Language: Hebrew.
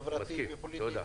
חברתי ופוליטי,